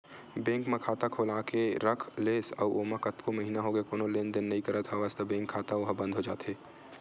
bank म खाता खोलाके के रख लेस अउ ओमा कतको महिना होगे कोनो लेन देन नइ करत हवस त बेंक के खाता ओहा बंद हो जाथे